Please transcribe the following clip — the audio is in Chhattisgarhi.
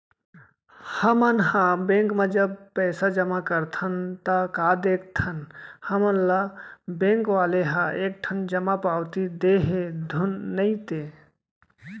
हमन ह बेंक म जब पइसा जमा करथन ता का देखथन हमन ल बेंक वाले ह एक ठन जमा पावती दे हे धुन नइ ते